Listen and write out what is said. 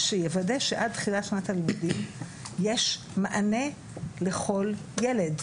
שיוודא שעד תחילת שנת הלימודים יש מענה לכל ילד,